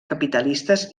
capitalistes